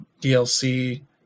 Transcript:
DLC